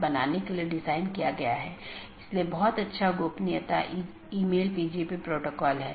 यह केवल उन्हीं नेटवर्कों के विज्ञापन द्वारा पूरा किया जाता है जो उस AS में या तो टर्मिनेट होते हैं या उत्पन्न होता हो यह उस विशेष के भीतर ही सीमित है